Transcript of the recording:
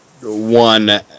one